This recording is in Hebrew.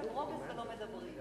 אבל רוב הזמן לא מדברים,